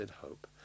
hope